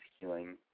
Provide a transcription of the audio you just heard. healing